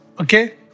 okay